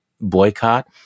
boycott